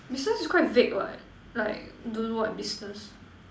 business is quite vague what like don't know what business